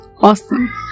Awesome